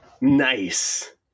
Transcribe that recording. Nice